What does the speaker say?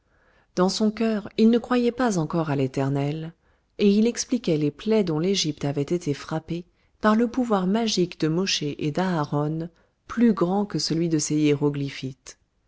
dans son cœur il ne croyait pas encore à l'éternel et il expliquait les plaies dont l'égypte avait été frappée par le pouvoir magique de mosché et d'aharon plus grand que celui de ses hiéroglyphites